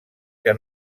que